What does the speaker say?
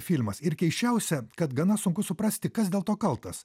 filmas ir keisčiausia kad gana sunku suprasti kas dėl to kaltas